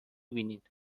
بینید